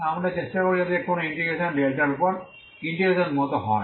তাই আমরা চেষ্টা করবো যাতে কোন ইন্টিগ্রেশন ডেল্টার উপর এই ইন্টিগ্রেশন মত হয়